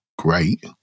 great